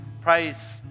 Praise